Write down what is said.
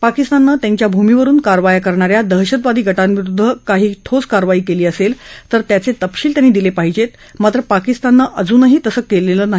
पाकिस्ताननं त्यांच्या भूमीवरून कारवाया करणाऱ्या दहशतवादी गटांविरुद्ध काही ठोस कारवाई केली असेल तर त्याचे तपशील त्यांनी दिले पाहिजे मात्र पाकिस्ताननं अद्याप तसं काही केलेलं नाही